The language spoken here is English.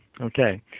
Okay